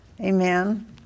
Amen